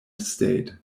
state